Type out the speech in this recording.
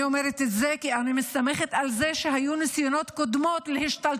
אני אומרת את זה כי אני מסתמכת על זה שהיו ניסיונות קודמים להשתלטות,